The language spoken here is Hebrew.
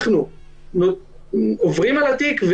אנחנו עוברים על התיק,